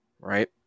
Right